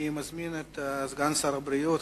אני מזמין את סגן שר הבריאות,